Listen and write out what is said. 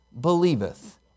believeth